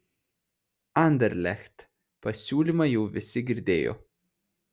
anderlecht pasiūlymą jau visi girdėjo